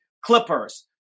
Clippers